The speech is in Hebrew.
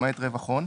למעט רווח הון,"